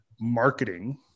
marketing